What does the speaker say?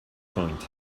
point